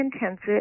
intensive